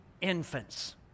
infants